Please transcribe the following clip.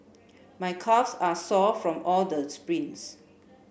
my calves are sore from all the sprints